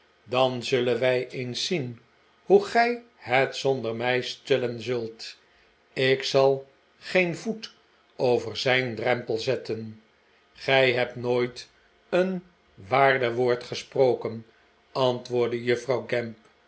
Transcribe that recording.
dan zullen wij eens zien hoe gij het zonder mij stellen zult ik zal geen voet over zijn drempel zetten gij hebt nooit een waarder woord gesproken antwoordde juffrouw gamp